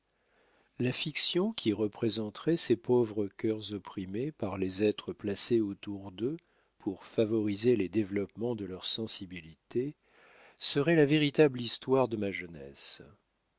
la fiction qui représenterait ces pauvres cœurs opprimés par les êtres placés autour d'eux pour favoriser les développements de leur sensibilité serait la véritable histoire de ma jeunesse